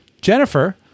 Jennifer